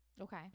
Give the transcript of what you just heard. Okay